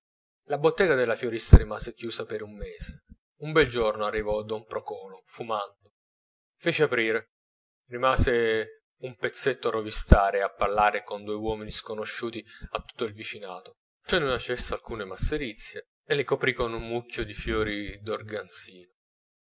la bottega della fiorista rimase chiusa per un mese un bel giorno arrivò don procolo fumando fece aprire rimase un pezzetto a rovistare e a parlare con due uomini sconosciuti a tutto il vicinato cacciò in una cesta alcune masserizie e le coprì con un mucchio di fiori